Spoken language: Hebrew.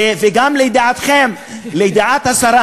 וגם לידיעתכם, לידיעת השרה